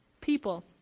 people